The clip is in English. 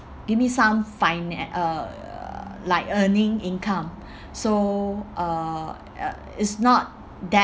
give me some fina~ uh like earning income so uh uh it's not that